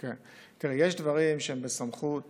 תראה, יש דברים שהם בסמכות